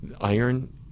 iron